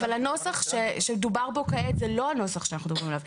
אבל הנוסח שדובר בו כעת זה לא הנוסח שאנחנו מדברים עליו.